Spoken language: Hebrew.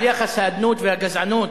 על יחס האדנות והגזענות.